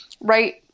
right